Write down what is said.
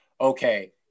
okay